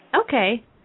Okay